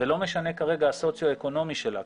ולא משנה כרגע הסוציו אקונומי שלה,